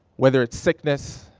whether it's sickness,